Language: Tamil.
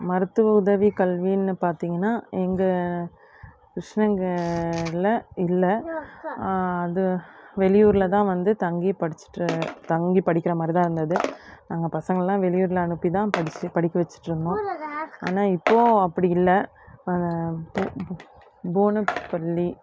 மருத்துவ உதவி கல்வின்னு பார்த்திங்கன்னா எங்கள் கிருஷ்ணங்கல்ல இல்லை அது வெளியூர்ல தான் வந்து தங்கி படிச்சிட்டு தங்கி படிக்கிற மாதிரி தான் இருந்தது நாங்கள் பசங்கெல்லாம் வெளியூர்ல அனுப்பி தான் படித்து படிக்க வச்சிட்ருந்தோம் ஆனால் இப்போது அப்படி இல்லை போ போனப் பள்ளி